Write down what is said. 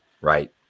right